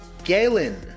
Galen